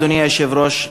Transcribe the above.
אדוני היושב-ראש,